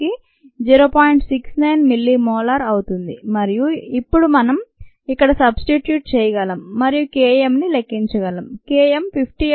69 millimolar అవుతుంది మరియు ఇప్పుడు మనం ఇక్కడ సబ్స్టిట్యూట్ చేయగలం మరియు K m ని లెక్కించగలం K m 58